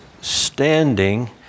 standing